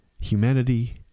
humanity